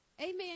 Amen